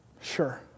Sure